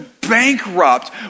bankrupt